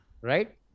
right